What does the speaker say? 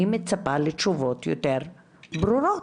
אני מצפה לתשובות יותר ברורות.